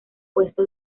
puesto